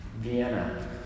Vienna